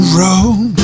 road